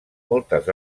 moltes